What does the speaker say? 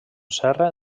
serra